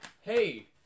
hey